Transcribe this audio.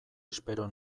espero